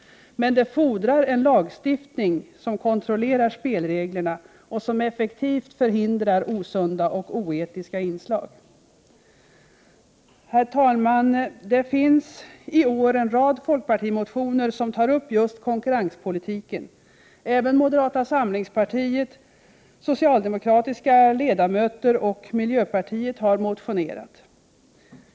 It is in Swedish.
Men det fordrar en lagstiftning som kontrollerar spelreglerna och som effektivt förhindrar osunda och oetiska inslag. Herr talman! Det finns i år en rad folkpartimotioner där motionärerna tar upp just konkurrenspolitiken. Även moderata samlingspartiet, socialdemokratiska ledamöter och miljöpartiet har motionerat i den frågan.